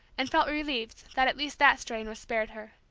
and felt relieved that at least that strain was spared her.